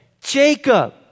Jacob